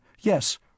Yes